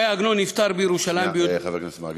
ש"י עגנון נפטר בירושלים, שנייה, חבר הכנסת מרגי.